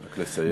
רק לסיים.